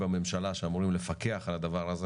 בממשלה שאמורים לפקח על הדבר הזה,